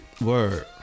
Word